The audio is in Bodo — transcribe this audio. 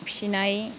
फिसिनाय